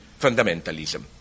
fundamentalism